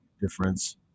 difference